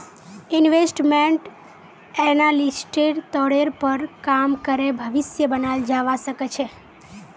investment एनालिस्टेर तौरेर पर काम करे भविष्य बनाल जावा सके छे